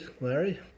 Larry